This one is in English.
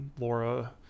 Laura